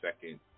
second